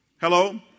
Hello